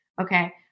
Okay